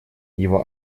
его